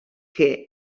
que